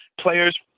players